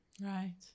Right